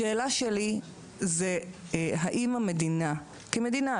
השאלה שלי זה האם המדינה כמדינה,